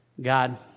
God